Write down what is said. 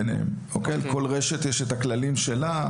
לכל רשת יש את הכללים שלה.